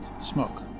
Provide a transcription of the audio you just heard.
smoke